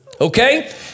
Okay